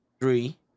three